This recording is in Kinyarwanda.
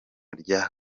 rya